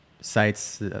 sites